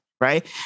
Right